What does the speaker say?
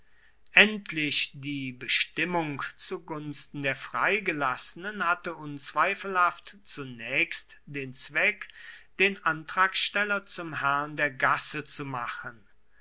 endlich die bestimmung zu gunsten der freigelassenen hatte unzweifelhaft zunächst den zweck den antragsteller zum herrn der gasse zu machen